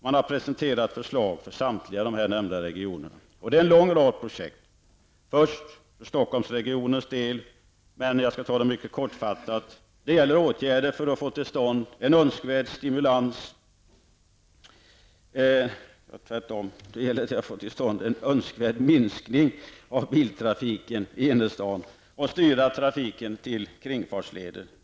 Man har presenterat förslag för samtliga nämnda regioner. Det är en lång rad projekt, men jag skall ta det mycket kortfattat. För Stockholmsregionens del gäller det åtgärder för att få till stånd en önskvärd minskning av biltrafiken i innerstaden och styra trafiken till kringfartsleder.